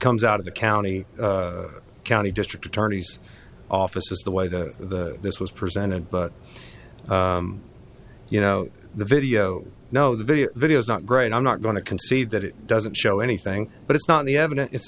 comes out of the county county district attorney's office is the way that this was presented but you know the video no the video video is not great i'm not going to concede that it doesn't show anything but it's not the evidence it's